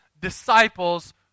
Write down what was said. disciples